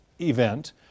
event